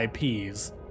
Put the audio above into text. IPs